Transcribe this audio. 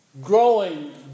Growing